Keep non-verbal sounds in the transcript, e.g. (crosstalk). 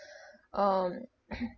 (breath) um (coughs)